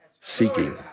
seeking